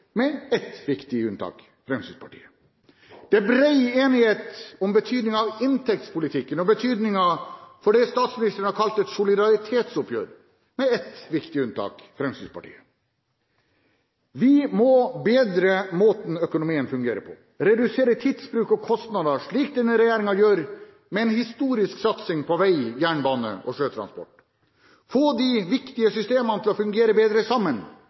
med ett viktig unntak: Fremskrittspartiet. Det er bred enighet om betydningen av inntektspolitikken og betydningen av det statsministeren har kalt et «solidaritetsoppgjør», med ett viktig unntak: Fremskrittspartiet. Vi må bedre måten økonomien fungerer på. Vi må redusere tidsbruk og kostnader, slik denne regjeringen gjør med en historisk satsing på vei, jernbane og sjøtransport. Vi må få de viktige systemene til å fungere bedre sammen,